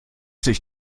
sich